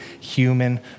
human